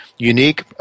Unique